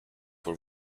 for